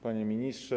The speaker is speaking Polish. Panie Ministrze!